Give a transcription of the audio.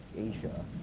Asia